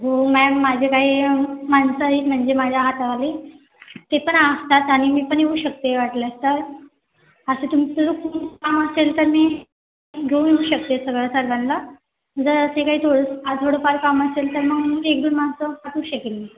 हो मॅम माझे काही माणसं आहेत म्हणजे माझ्या हाताखाली ते पण असतात आणि मी पण येऊ शकते वाटल्यास तर असं तुमचं खूप काम असेल तर मी घेऊन येऊ शकते सगळं सर्वांना जर ते काय थोडंसं आ थोडंफार काम असेल तर मग एकदोन माणसं पाठवू शकेन मी